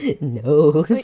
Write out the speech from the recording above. No